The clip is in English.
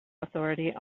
authority